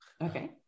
Okay